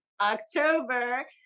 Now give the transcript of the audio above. October